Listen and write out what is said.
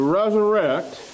resurrect